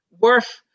worth